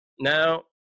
Now